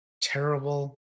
terrible